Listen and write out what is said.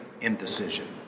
indecision